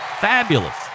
Fabulous